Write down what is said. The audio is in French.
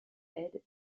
aides